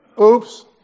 Oops